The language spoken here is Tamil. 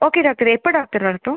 ஓகே டாக்டர் எப்போ டாக்டர் வரட்டும்